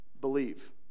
Believe